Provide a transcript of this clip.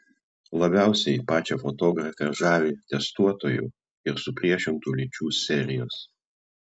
labiausiai pačią fotografę žavi testuotojų ir supriešintų lyčių serijos